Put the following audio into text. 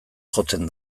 jotzen